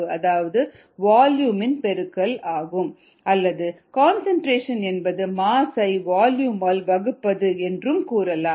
𝑚𝑎𝑠𝑠 𝑐𝑜𝑛𝑐𝑒𝑛𝑡𝑟𝑎𝑡𝑖𝑜𝑛 × 𝑣𝑜𝑙𝑢𝑚𝑒 அல்லது கன்சன்ட்ரேஷன் என்பது மாஸ் ஐ வால்யூம் ஆல் வகுப்பது என்றும் கூறலாம்